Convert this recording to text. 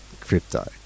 crypto